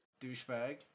douchebag